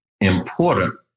important